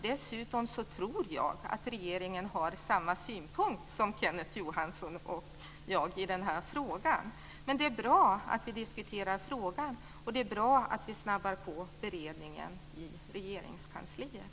Dessutom tror jag att regeringen har samma åsikt som Kenneth Johansson och jag i den här frågan. Men det är bra att vi diskuterar den och snabbar på beredningen i Regeringskansliet.